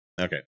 okay